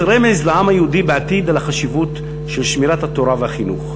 זה רמז לעם היהודי בעתיד על החשיבות של שמירת התורה והחינוך.